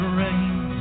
rain